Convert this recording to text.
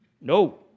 no